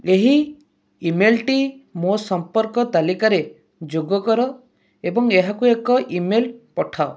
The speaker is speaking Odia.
ଏହି ଇମେଲ୍ଟି ମୋ ସମ୍ପର୍କ ତାଲିକାରେ ଯୋଗ କର ଏବଂ ଏହାକୁ ଏକ ଇମେଲ୍ ପଠାଅ